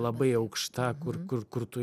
labai aukšta kur kur kur tu